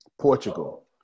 Portugal